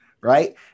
right